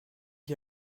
qui